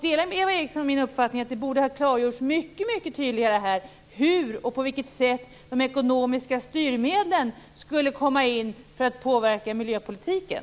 Delar Eva Eriksson min uppfattning om att det borde ha klargjorts mycket tydligare hur och på vilket sätt de ekonomiska styrmedlen skulle komma in för att påverka miljöpolitiken?